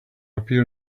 appear